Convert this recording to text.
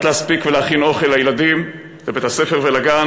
להספיק ולהכין אוכל לילדים לבית-הספר ולגן,